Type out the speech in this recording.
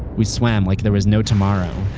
we swam like there was no tomorrow.